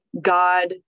God